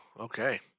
okay